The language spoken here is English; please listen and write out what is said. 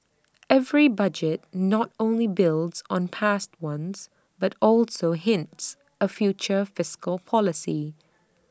every budget not only builds on past ones but also hints A future fiscal policy